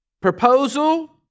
proposal